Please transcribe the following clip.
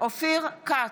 אופיר כץ,